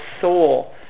soul